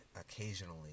occasionally